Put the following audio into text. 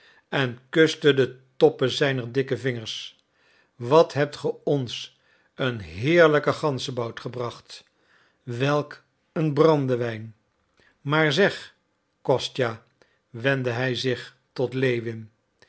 en kuste de toppen zijner dikke vingers wat hebt ge ons een heerlijken ganzebout gebracht welk een brandewijn maar zeg kostja wendde hij zich tot lewin